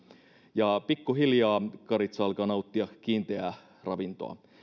ja pikkuhiljaa karitsa alkaa nauttia kiinteää ravintoa